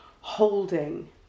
holding